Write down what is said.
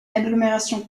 agglomération